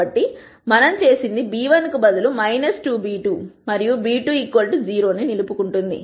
కాబట్టి మనం చేసినది b1 కు బదులుగా 2b2 మరియు b20 ని నిలుపుకుంటుంది